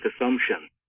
assumption